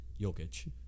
Jokic